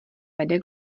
vede